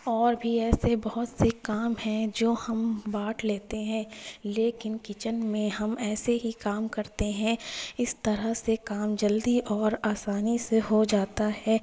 اور بھی ایسے بہت سے کام ہیں جو ہم بانٹ لیتے ہیں لیکن کچن میں ہم ایسے ہی کام کرتے ہیں اس طرح سے کام جلدی اور آسانی سے ہو جاتا ہے